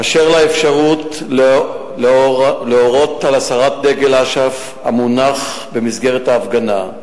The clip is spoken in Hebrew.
אשר לאפשרות להורות על הסרת דגל אש"ף המונף במסגרת ההפגנה,